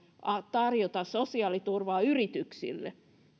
tarjota sosiaaliturvaa yrityksille